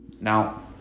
Now